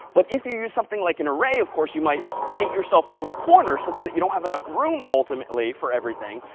but if you use something like an array, of course, you might paint yourself into a corner, such that you don't have enough room ultimately for everything.